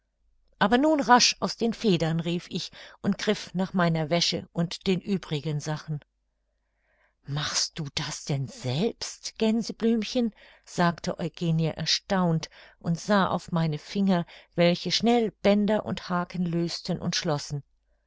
aber nun rasch aus den federn rief ich und griff nach meiner wäsche und den übrigen sachen machst du das denn selbst gänseblümchen sagte eugenie erstaunt und sah auf meine finger welche schnell bänder und haken lösten und schlossen